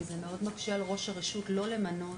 כי זה מאוד מקשה על ראש הרשות לא למנות